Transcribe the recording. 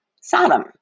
Sodom